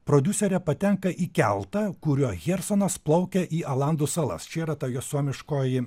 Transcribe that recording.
prodiuserė patenka į keltą kuriuo hjersonas plaukia į alandų salas čia yra tokia suomiškoji